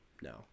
No